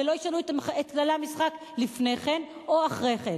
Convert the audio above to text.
ולא ישנו את כללי המשחק לפני כן או אחרי כן.